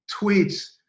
tweets